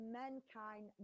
mankind